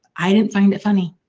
i didn't find it funny.